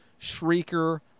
Shrieker